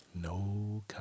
No